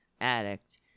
addict